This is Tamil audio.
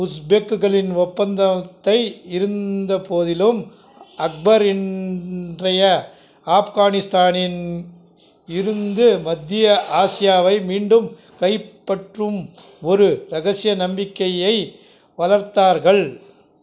உஸ்பெக்குகளின் ஒப்பந்தத்தை இருந்தபோதிலும் அக்பர் இன்றைய ஆப்கானிஸ்தானின் இருந்து மத்திய ஆசியாவை மீண்டும் கைப்பற்றும் ஒரு ரகசிய நம்பிக்கையை வளர்த்தார்கள்